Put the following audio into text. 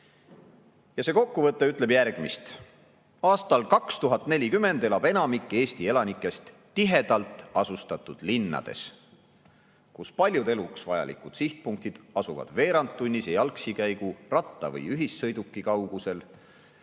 See kokkuvõte ütles järgmist: "Aastal 2040 elab enamik Eesti elanikest tihedalt asustatud linnades, kus paljud eluks vajalikud sihtpunktid asuvad veerandtunnise jalgsikäigu, ratta- või ühissõidukisõidu kaugusel.